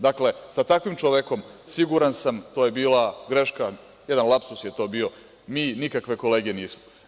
Dakle, sa takvim čovekom, siguran sam, to je bila greška, jedan lapsus je to bio, mi nikakve kolege nismo.